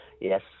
Yes